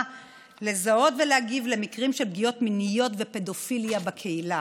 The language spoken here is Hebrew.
לזהות ולהגיב למקרים של פגיעות מיניות ופדופיליה בקהילה.